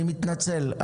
אני מתנצל.